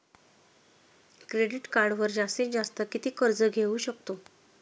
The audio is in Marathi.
क्रेडिट कार्डवर जास्तीत जास्त किती कर्ज घेऊ शकतो?